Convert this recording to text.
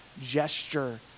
gesture